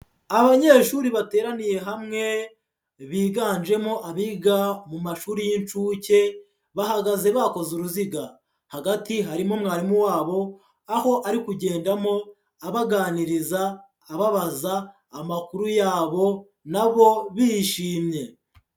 Abanyeshuri bateraniye hamwe, biganjemo abiga mu mashuri y'inshuke, bahagaze bakoze uruziga, hagati harimo mwarimu wabo, aho ari kugendamo abaganiriza ababaza amakuru yabo na bo bishimye.